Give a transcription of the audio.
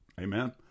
amen